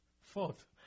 fourth